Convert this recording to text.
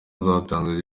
zatanzwe